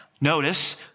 notice